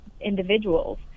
individuals